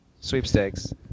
sweepstakes